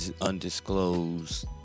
undisclosed